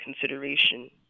consideration